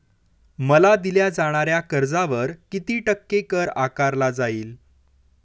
मला दिल्या जाणाऱ्या कर्जावर किती टक्के कर आकारला जाईल?